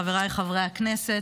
חבריי חברי הכנסת,